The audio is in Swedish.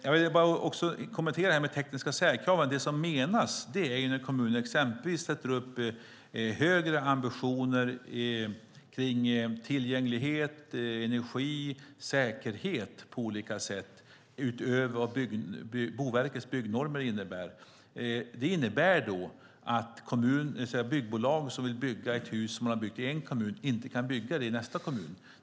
Jag vill också kommentera detta med de tekniska särkraven. Det som menas är när kommuner exempelvis sätter upp högre ambitioner om tillgänglighet, energi och säkerhet på olika sätt utöver vad Boverkets byggnormer innebär. Det innebär att byggbolag som har byggt ett hus i en kommun inte kan bygga det i nästa kommun.